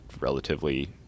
relatively